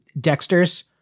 Dexters